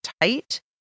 tight